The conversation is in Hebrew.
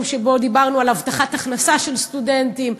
יום שבו דיברנו על הבטחת הכנסה של סטודנטים,